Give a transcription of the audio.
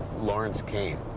lawrence kane,